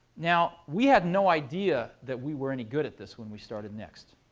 now, we had no idea that we were any good at this when we started next.